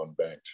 unbanked